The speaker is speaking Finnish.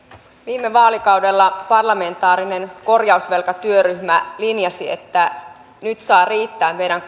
viime vaalikaudella parlamentaarinen korjausvelkatyöryhmä linjasi että nyt saa riittää meidän